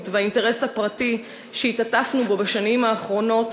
והאינטרס הפרטי שהתעטפנו בו בשנים האחרונות,